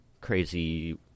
crazy